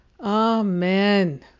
Amen